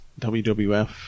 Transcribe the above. WWF